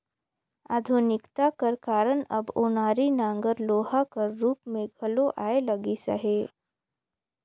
आधुनिकता कर कारन अब ओनारी नांगर लोहा कर रूप मे घलो आए लगिस अहे